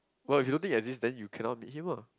what if you think exists then you cannot be him lah